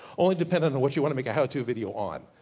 only dependent on what you want to make a how to video on.